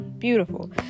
beautiful